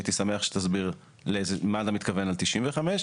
הייתי שמח שתסביר למה אתה מתכוון ב-95.